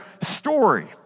story